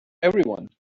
everyone